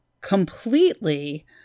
completely